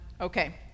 okay